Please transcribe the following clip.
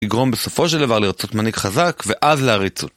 יגרום בסופו של דבר לרצות מנהיג חזק ואז להריץ.